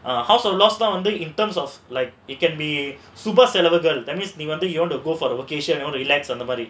ah house of lost on the in terms of like it can be super செலவுகள்:selavugal that means you want to you want to go for a vacation or relax அந்த மாதிரி:andha maadhiri